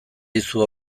dizu